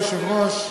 אדוני היושב-ראש,